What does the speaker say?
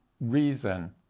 reason